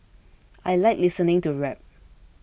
I like listening to rap